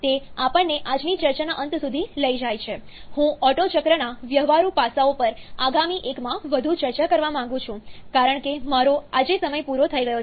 તે આપણને આજની ચર્ચાના અંત સુધી લઈ જાય છે હું ઓટ્ટો ચક્રના વ્યવહારુ પાસાઓ પર આગામી એકમાં વધુ ચર્ચા કરવા માંગુ છું કારણ કે મારો આજે સમય પૂરો થઈ ગયો છે